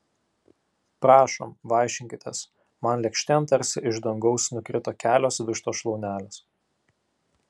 prašom vaišinkitės man lėkštėn tarsi iš dangaus nukrito kelios vištos šlaunelės